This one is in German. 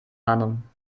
ahnung